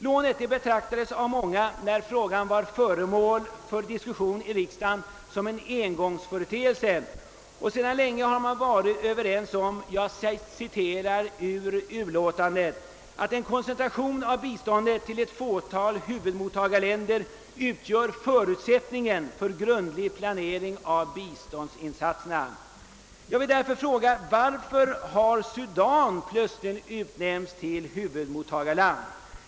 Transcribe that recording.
Lånet betraktades av många, när frågan var föremål för diskussion i riksdagen, såsom en engångsföreteelse. Det framhålles också i utlåtandet att man sedan länge varit överens om »att en koncentration av biståndet till ett fåtal huvudmottagarländer utgör förutsättningen för grundlig planering av biståndsinsatserna». Jag vill därför fråga varför Sudan plötsligen har utnämnts till huvudmottagarland.